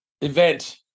event